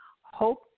hope